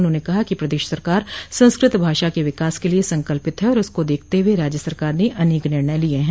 उन्होंने कहा कि प्रदेश सरकार संस्कृत भाषा के विकास के लिए संकल्पित है और इसको देखते हुए राज्य सरकार ने अनेक निर्णय लिये हैं